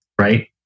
right